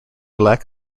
lack